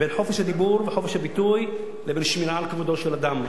חופש הדיבור וחופש הביטוי לבין שמירה על כבודו של אדם.